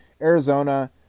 Arizona